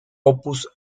opus